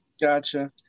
gotcha